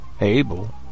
Abel